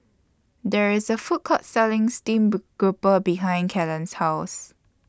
There IS A Food Court Selling Steamed Grouper behind Kellen's House